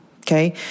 Okay